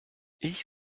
ich